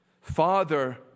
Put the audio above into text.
Father